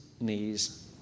knees